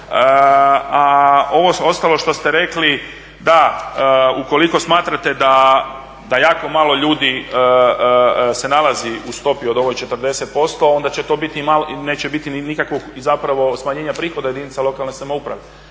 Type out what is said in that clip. ostalo što ste rekli, da ukoliko smatrate da jako malo ljudi se nalazi u stopi u ovoj od 40% onda neće biti nikakvog i zapravo smanjenja prihoda jedinica lokalne samouprave.